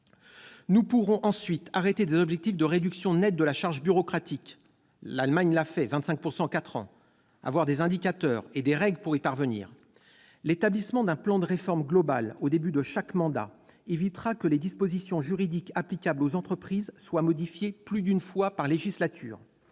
Nous pourrons ensuite arrêter des objectifs de réduction nette de la charge bureaucratique- comme l'a fait l'Allemagne, à hauteur de 25 % en quatre ans -, des indicateurs et des règles pour y parvenir. L'établissement d'un plan de réformes globales, au début de chaque mandat, évitera que les dispositions juridiques applicables aux entreprises soient modifiées plus d'une fois par législature.